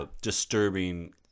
Disturbing